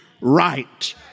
right